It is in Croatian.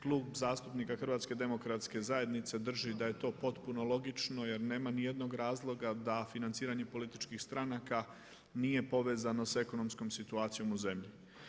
Klub zastupnika HDZ-a drži da je to potpuno logično jer nema nijednog razloga da financiranje političkih stranaka nije povezano sa ekonomskom situacijom u zemlji.